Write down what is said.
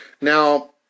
Now